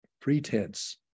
pretense